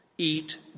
eat